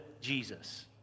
Jesus